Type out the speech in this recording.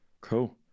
cool